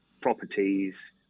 properties